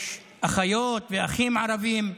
יש אחיות ואחים ערבים.